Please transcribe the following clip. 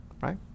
right